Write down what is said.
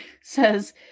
says